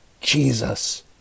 Jesus